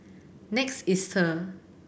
Next Easter